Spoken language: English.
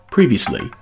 Previously